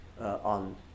on